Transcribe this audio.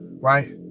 Right